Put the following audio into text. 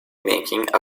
making